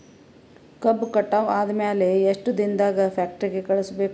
ಕಬ್ಬು ಕಟಾವ ಆದ ಮ್ಯಾಲೆ ಎಷ್ಟು ದಿನದಾಗ ಫ್ಯಾಕ್ಟರಿ ಕಳುಹಿಸಬೇಕು?